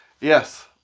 Yes